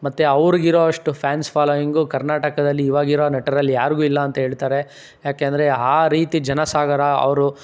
ಮತ್ತೆ ಅವರಿಗಿರೋವಷ್ಟು fans following ಕರ್ನಾಟಕದಲ್ಲಿ ಈವಾಗಿರೋ ನಟರಲ್ಲಿ ಯಾರಿಗೂ ಇಲ್ಲ ಅಂತ ಹೇಳ್ತಾರೆ ಯಾಕೆಂದರೆ ಆ ರೀತಿ ಜನಸಾಗರ ಅವರು